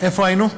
איפה היינו?